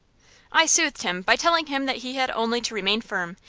i soothed him by telling him that he had only to remain firm,